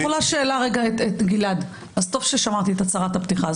טוב ששמרתי את הצהרת הפתיחה.